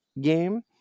game